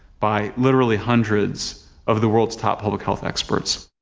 by literally hundreds of the world's top public health experts.